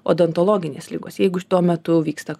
odontologinės ligos jeigu tuo metu vyksta